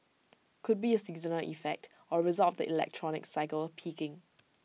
could be A seasonal effect or result of the electronics cycle peaking